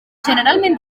generalment